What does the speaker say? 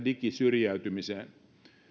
digisyrjäytymiseen